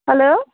hello